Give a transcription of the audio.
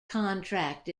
contract